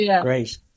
great